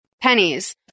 pennies